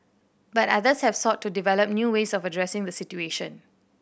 but others have sought to develop new ways of addressing the situation